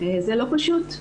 זה לא פשוט.